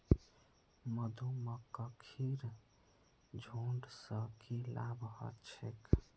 मधुमक्खीर झुंड स की लाभ ह छेक